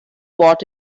what